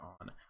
on